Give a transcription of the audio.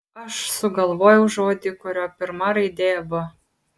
aš sugalvojau žodį kurio pirma raidė v